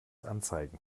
anzeigen